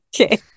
Okay